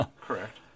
Correct